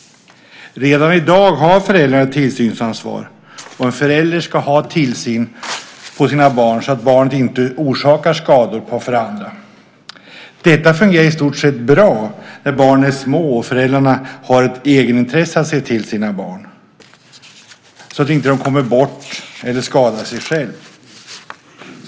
Redan i dag har föräldrarna ett tillsynsansvar. En förälder ska ha tillsyn över sina barn så att barnen inte orsakar skador för andra. Detta fungerar i stort sett bra när barnen är små och föräldrarna har ett egenintresse av att se till sina barn så att de inte kommer bort eller skadar sig själva.